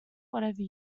whatever